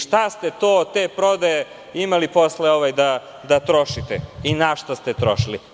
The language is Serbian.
Šta ste to od te prodaje imali posle da trošite i na šta ste trošili?